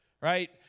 right